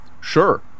Sure